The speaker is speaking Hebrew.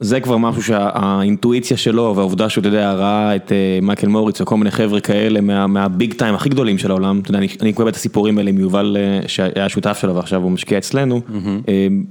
זה כבר משהו שהאינטואיציה שלו והעובדה שאתה יודע הראה את מייקל מוריץ וכל מיני חבר'ה כאלה מהביג טיים הכי גדולים של העולם, אני קורא את הסיפורים האלה מיובל שהיה שותף שלו ועכשיו הוא משקיע אצלנו.